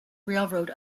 railroad